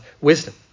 wisdom